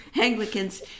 Anglicans